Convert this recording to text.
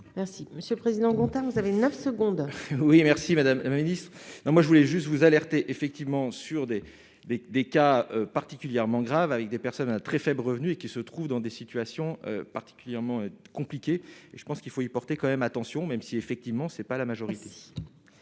Merci monsieur le président Gontard vous savez 9 secondes. Oui merci madame la Ministre, non, moi je voulais juste vous alerter effectivement sur des des cas particulièrement graves avec des personnes à très faibles revenus et qui se trouvent dans des situations particulièrement compliqué, je pense qu'il faut y porter quand même attention, même si, effectivement, c'est pas la majorité.